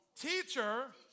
teacher